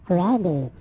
ready